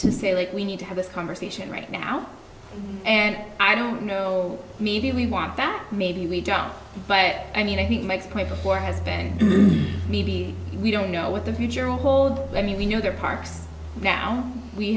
to say like we need to have this conversation right now and i don't know maybe we want that maybe we don't but i mean i think it makes people for has been maybe we don't know what the future holds i mean we know there are parks now we